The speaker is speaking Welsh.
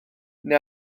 neu